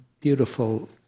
beautiful